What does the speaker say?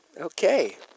Okay